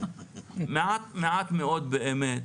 מעט מאוד באמת